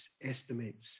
estimates